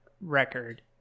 record